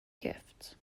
gifts